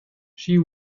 she